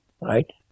right